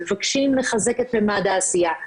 הם מבקשים לחזק את מימד העשייה.